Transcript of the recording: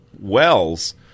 wells